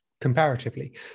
comparatively